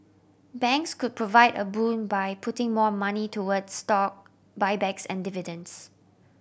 banks could provide a boon by putting more money toward stock buybacks and dividends